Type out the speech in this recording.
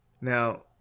Now